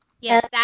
Yes